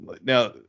now